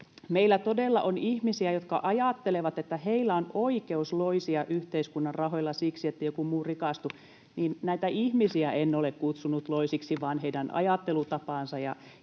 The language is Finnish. ”meillä todella on ihmisiä, jotka ajattelevat, että heillä on oikeus loisia yhteiskunnan rahoilla siksi, että joku muu rikastuu”. Eli näitä ihmisiä en ole kutsunut loisiksi, vaan heidän ajattelutapaansa